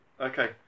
Okay